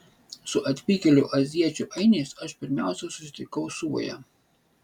su atvykėlių azijiečių ainiais aš pirmiausia susitikau suvoje